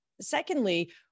secondly